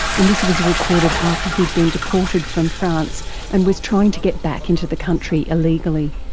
and this was recorded after he'd been deported from france and was trying to get back into the country illegally.